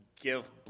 give